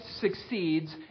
succeeds